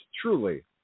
truly